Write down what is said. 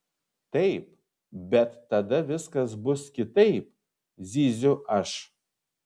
taip bet tada viskas bus kitaip zyziu aš